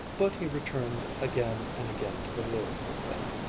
but he returned again and again to the louvre with them,